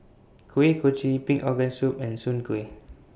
Kuih Kochi Pig Organ Soup and Soon Kueh